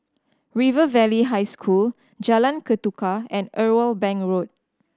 River Valley High School Jalan Ketuka and Irwell Bank Road